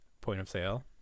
point-of-sale